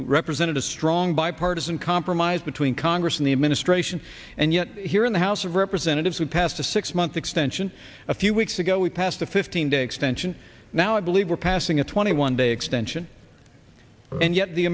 represented a strong bipartisan compromise between congress and the administration and yet here in the house of representatives we passed a six month extension a few weeks ago we passed a fifteen day extension now i believe we're passing a twenty one day extension and yet the